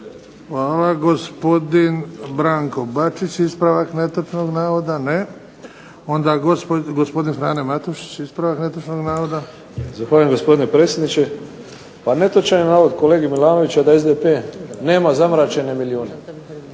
Hvala. Gospodin Branko Bačić ispravak netočnog navoda. Ne. Onda gospodin Frano Matušić ispravak netočnog navoda. **Matušić, Frano (HDZ)** Zahvaljujem gospodine predsjedniče. Pa netočan je navod kolege Milanovića da SDP nema zamračene milijune.